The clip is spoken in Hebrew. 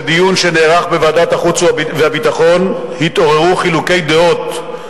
בצד השני, יש מחסור ענק של דירות.